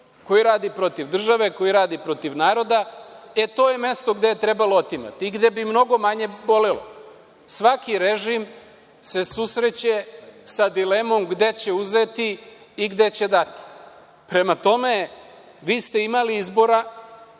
koji radi protiv države, koji radi protiv naroda, e to je mesto gde je trebalo otimati i gde bi mnogo manje bolelo. Svaki režim se susreće sa dilemom, gde će uzeti i gde će dati. Prema tome, vi ste imali izbora,